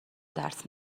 درس